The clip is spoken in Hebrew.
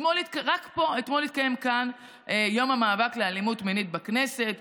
אתמול התקיים כאן יום המאבק נגד אלימות מינית בכנסת.